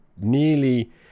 Nearly